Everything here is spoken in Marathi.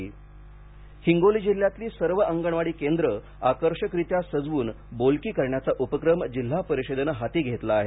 इंट्रो हिंगोली जिल्ह्यातली सर्व अंगणवाडी केंद्रं आकर्षकरित्या सजवून बोलकी करण्याचा उपक्रम जिल्हा परिषदेनं हाती घेतला आहे